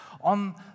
on